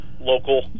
local